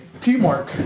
teamwork